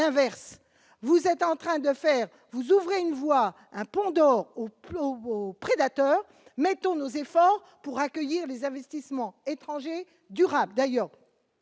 vous ouvrez une voix, un pont d'or au haut prédateurs mais tous nos efforts pour accueillir les investissements étrangers durable d'ailleurs